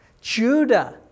Judah